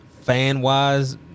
Fan-wise